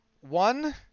One